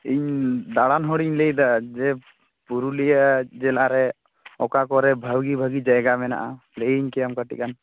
ᱤᱧ ᱫᱟᱲᱟᱱ ᱦᱚᱲᱤᱧ ᱞᱟᱹᱭᱮᱫᱟ ᱡᱮ ᱯᱩᱨᱩᱞᱤᱭᱟᱹ ᱡᱮᱞᱟ ᱨᱮ ᱚᱠᱟ ᱠᱚᱨᱮ ᱵᱷᱟᱹᱜᱤ ᱵᱷᱟᱹᱜᱤ ᱡᱟᱭᱜᱟ ᱢᱮᱱᱟᱜᱼᱟ ᱞᱟᱹᱭᱟᱹᱧ ᱠᱮᱭᱟᱢ ᱠᱟᱹᱴᱤᱡ ᱜᱟᱱ